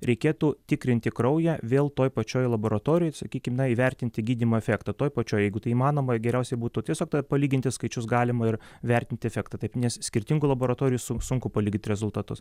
reikėtų tikrinti kraują vėl toj pačioj laboratorijoj sakykim na įvertinti gydymo efektą toj pačioj jeigu tai įmanoma geriausia būtų tiesiog palyginti skaičius galima ir vertinti efektą taip nes skirtingų laboratorijų su sunku palyginti rezultatus